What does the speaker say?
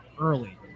early